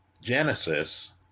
genesis